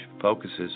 focuses